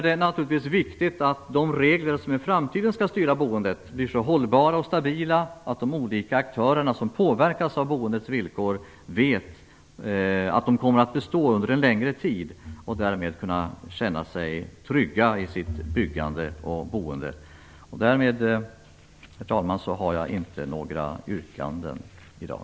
Det är naturligtvis viktigt att de regler som i framtiden skall styra boendet blir så hållbara och stabila att de olika aktörer som påverkas av boendets villkor vet att de kommer att bestå under en längre tid och att de därmed kan känna sig trygga i sitt byggande och boende. Därmed, herr talman, har jag inte några yrkanden i dag.